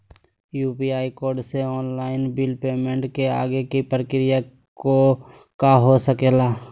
UPI code से online bill payment के आगे के प्रक्रिया का हो सके ला?